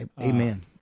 Amen